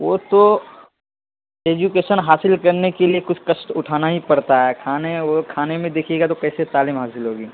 وہ تو ایجوکیشن حاصل کرنے کے لیے کچھ کسٹ اٹھانا ہی پڑتا ہے کھانے وہ کھانے میں دیکھیے گا تو کیسے تعلیم حاصل ہوگی